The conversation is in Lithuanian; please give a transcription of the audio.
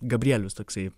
gabrielius toksai